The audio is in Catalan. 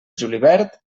julivert